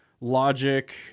logic